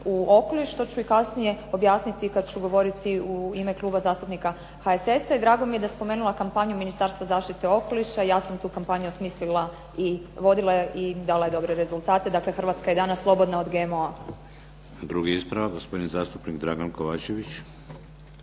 u okoliš što ću i kasnije objasniti kad ću govoriti u ime Kluba zastupnika HSS-a i drago mi je da je spomenula kampanju Ministarstva zaštite okoliša. Ja sam tu kampanju osmislila i vodila i dala je dobre rezultate. Dakle, Hrvatska je danas slobodna od GMO-a. **Šeks, Vladimir (HDZ)** Drugi ispravak, gospodin zastupnik Dragan Kovačević.